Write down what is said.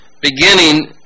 beginning